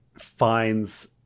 finds